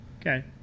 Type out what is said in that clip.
okay